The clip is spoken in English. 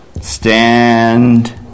stand